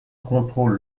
contrôle